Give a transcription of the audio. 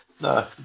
No